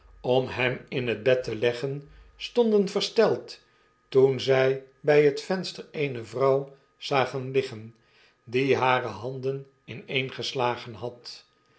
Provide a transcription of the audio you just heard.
om hem in het bed te leggen stonden versteld toen zy bij het venster eene vrouw zagen liggen die hare handen ineengeslagen had